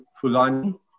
Fulani